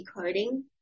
decoding